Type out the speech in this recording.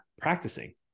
practicing